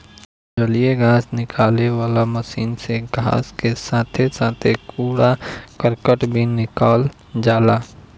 जलीय घास निकाले वाला मशीन से घास के साथे साथे कूड़ा करकट भी निकल जाला